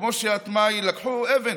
וכמו שאת, מאי, לקחו אבן,